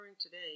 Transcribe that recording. today